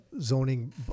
zoning